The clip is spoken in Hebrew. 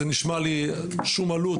זה נשמע לי ללא עלות,